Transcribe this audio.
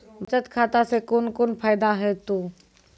बचत खाता सऽ कून कून फायदा हेतु?